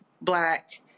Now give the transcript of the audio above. Black